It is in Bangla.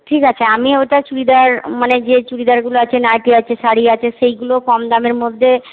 ঠিক আছে আমি ওটা চুড়িদার মানে যে চুড়িদারগুলো আছে নাইটি আছে শাড়ি আছে সেইগুলো কম দামের মধ্যে